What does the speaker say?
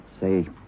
Say